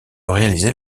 réaliser